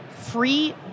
free